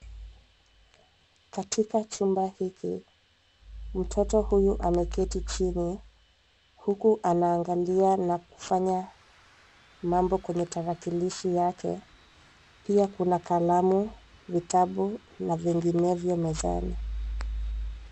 Katika chumba hiki, mtoto huyu ameketi chini huku anaangalia na kufanya mambo kwenye tarakilishi yake. Pia kuna kalamu, vitabu na vinginevyo mezani.